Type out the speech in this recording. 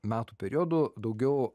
metų periodu daugiau